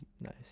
Nice